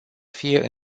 fie